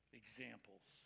examples